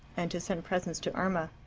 and to send presents to irma.